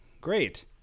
great